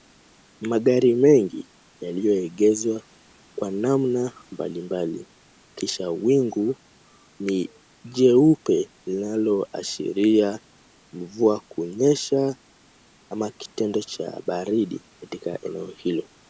Magari mengi yaliyoegezwa kwa namna mbalimbali, kisha wingu ni jeupe linaloashiria mvua kunyesha ama kitendo cha baridi katika eneo hilo.